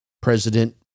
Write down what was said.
President